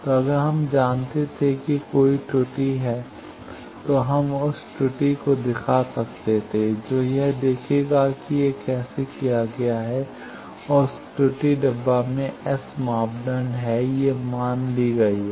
तो अगर हम जानते थे कि कोई त्रुटि है तो हम उस त्रुटि को दिखा सकते हैं जो यह देखेगा कि यह कैसे किया गया है और उस त्रुटि डब्बा में एस मापदंड है ये मान ली गई हैं